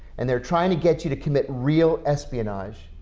and they're trying to get you to commit real espionage.